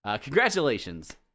Congratulations